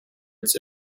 its